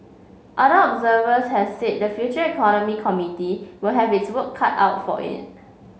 other observers has said the Future Economy Committee will have its work cut out for it